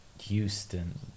Houston